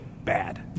bad